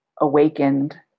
awakened